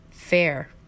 fair